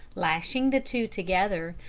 lashing the two together,